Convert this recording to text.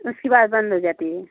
उसके बाद बंद हो जाती है